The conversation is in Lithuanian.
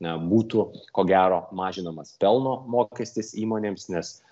na būtų ko gero mažinamas pelno mokestis įmonėms nes